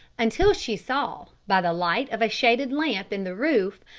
until she saw by the light of a shaded lamp in the roof,